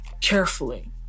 carefully